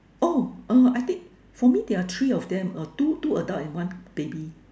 oh uh I think for me there are three of them uh two two adult and uh one baby